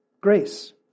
grace